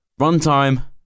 Runtime